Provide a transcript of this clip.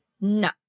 No